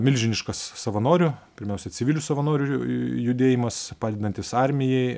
milžiniškas savanorių pirmiausia civilių savanorių ju judėjimas padedantis armijai